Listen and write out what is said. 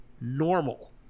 normal